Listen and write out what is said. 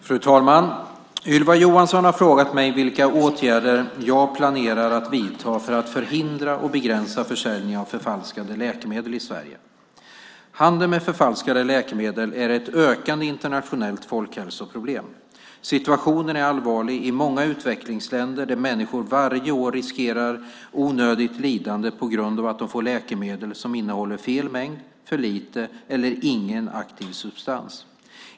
Fru talman! Ylva Johansson har frågat mig vilka åtgärder jag planerar att vidta för att förhindra och begränsa försäljningen av förfalskade läkemedel i Sverige. Handeln med förfalskade läkemedel är ett ökande internationellt folkhälsoproblem. Situationen är allvarlig i många utvecklingsländer där människor varje år riskerar onödigt lidande på grund av att de får läkemedel som innehåller fel mängd, för lite eller ingen aktiv substans.